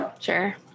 Sure